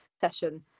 session